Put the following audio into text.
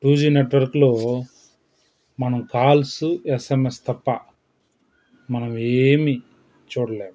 two G నెట్వర్క్లో మనం calls SMS తప్ప మనం ఏమీ చూడలేం